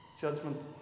Judgment